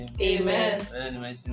Amen